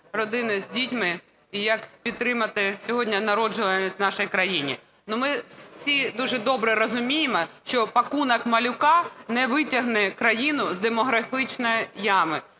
родини з дітьми і як підтримати сьогодні народжуваність у нашій країні? Но ми всі дуже добре розуміємо, що "пакунок малюка" не витягне країну з демографічної ями.